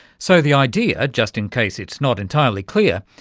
so the idea, just in case it's not entirely clear,